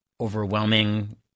overwhelming